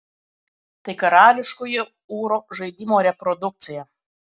tai karališkojo ūro žaidimo reprodukcija